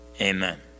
Amen